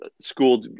school